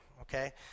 Okay